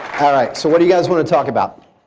all right. so what do you guys want to talk about?